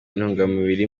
intungamubiri